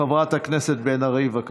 חברת הכנסת בן ארי, בבקשה.